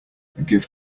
give